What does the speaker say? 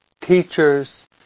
teachers